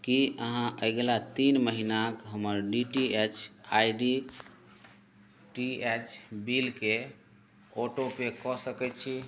कि अहाँ अगिला तीन महिनाके हमर D T H I D एच बिलकेँ ऑटो पे कऽ सकै छिए